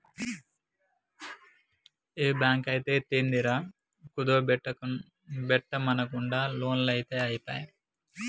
ఏ బాంకైతేందిరా, కుదువ బెట్టుమనకుంట లోన్లిత్తె ఐపాయె